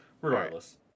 Regardless